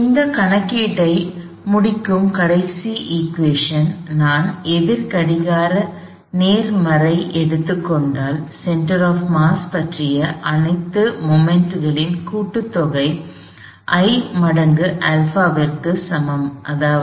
இந்த கணக்கீட்டை முடிக்கும் கடைசி சமன்பாடு நான் எதிர் கடிகார நேர்மறையை எடுத்துக் கொண்டால் சென்டர் ஆப் மாஸ் பற்றிய அனைத்து தருணங்களின் கூட்டுத்தொகை I மடங்கு α க்கு சமம் அதாவது